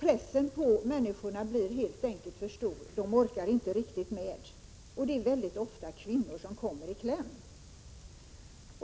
Pressen på människorna blir helt enkelt för stor — de orkar inte. = Joop og. riktigt med, och det är ofta kvinnor som kommer i kläm.